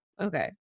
Okay